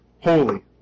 holy